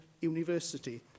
university